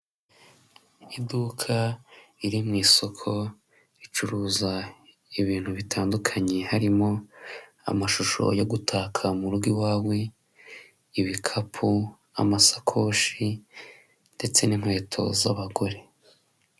Iduka riri mu isoko ricuruza ibintu bitandukanye harimo amashusho yo gutaka mu rugo iwawe, ibikapu, amasakoshi ndetse n'inkweto z'abagore.